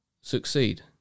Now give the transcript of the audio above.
succeed